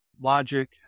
logic